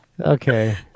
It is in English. Okay